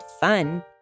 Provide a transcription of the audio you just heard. fun